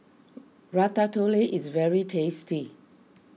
Ratatouille is very tasty